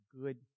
good